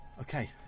Okay